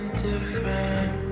different